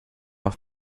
auf